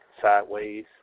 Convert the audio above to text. sideways